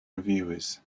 reviewers